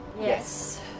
Yes